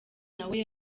nawe